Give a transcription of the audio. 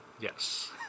Yes